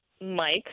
Mike